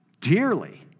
dearly